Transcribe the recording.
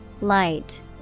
Light